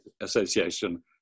Association